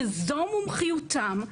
שזו מומחיותם.